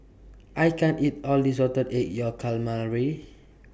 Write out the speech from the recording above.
I can't eat All This Salted Egg Yolk Calamari